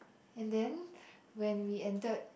and then when we entered